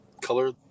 color